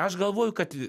aš galvoju kad